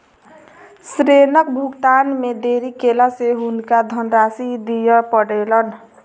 ऋणक भुगतान मे देरी केला सॅ हुनका धनराशि दिअ पड़लैन